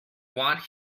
want